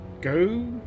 go